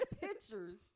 pictures